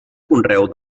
conreu